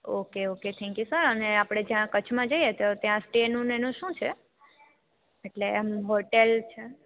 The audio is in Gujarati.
okay okay thank you sir અને આપડે ત્યાં કચ્છમાં જઈએ તો નસતેનું ને એનું શું છે એટલે એમ હોટેલ